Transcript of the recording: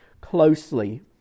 closely